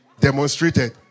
demonstrated